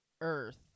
earth